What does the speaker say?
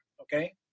okay